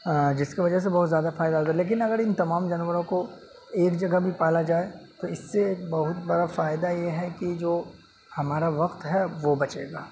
جس کی وجہ سے بہت زیادہ فائدہ ہوتا ہے لیکن اگر ان تمام جانوروں کو ایک جگہ بھی پالا جائے تو اس سے بہت بڑا فائدہ یہ ہے کہ جو ہمارا وقت ہے وہ بچے گا